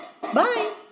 Bye